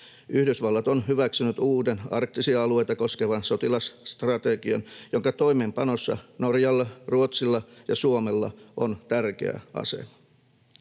Yhdysvallat on hyväksynyt uuden arktisia alueita koskevan sotilasstrategian, jonka toimeenpanossa Norjalla, Ruotsilla ja Suomella on tärkeä asema.